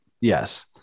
Yes